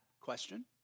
question